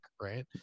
right